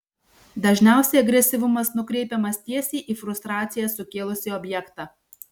dažniausiai agresyvumas nukreipiamas tiesiai į frustraciją sukėlusį objektą